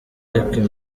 ariko